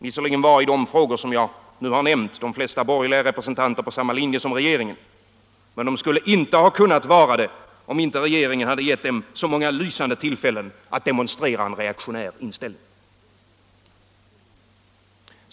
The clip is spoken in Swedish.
Visserligen var i de frågor som jag nu har nämnt de flesta borgerliga representanterna på samma linje som regeringen, men de skulle inte ha kunnat vara det om inte regeringen hade givit dem så många lysande tillfällen att demonstrera en reaktionär inställning.